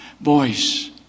voice